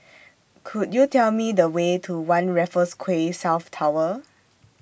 Could YOU Tell Me The Way to one Raffles Quay South Tower